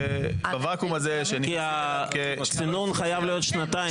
כי הצינון חייב להיות שנתיים,